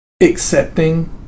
accepting